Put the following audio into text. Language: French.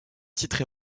titré